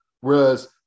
Whereas